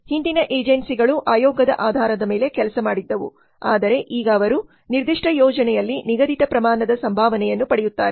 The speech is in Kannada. ಹಿಂದಿನ ಏಜೆನ್ಸಿಗಳು ಆಯೋಗದcommission ಆಧಾರದ ಮೇಲೆ ಕೆಲಸ ಮಾಡಿದ್ದವು ಆದರೆ ಈಗ ಅವರು ನಿರ್ದಿಷ್ಟ ಯೋಜನೆಯಲ್ಲಿ ನಿಗದಿತ ಪ್ರಮಾಣದ ಸಂಭಾವನೆಯನ್ನು ಪಡೆಯುತ್ತಾರೆ